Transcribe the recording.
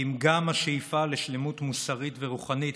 כי אם גם השאיפה לשלמות מוסרית ורוחנית,